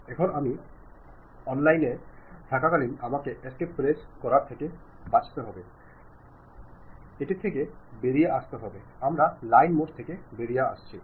এখন আমি অনলাইনে থাকাকালীন আমাকে এস্কেপ প্রেস করার থেকে বাঁচাতে হবে তা থেকে বেরিয়ে আসতে হবে আমরা লাইন মোড থেকে বেরিয়ে এসেছি